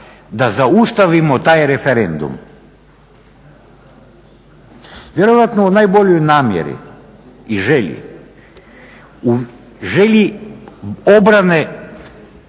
da zaustavimo taj referendum. Vjerojatno u najboljoj namjeri i želji u želji obrane